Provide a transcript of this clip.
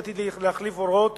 שעתיד להחליף הוראות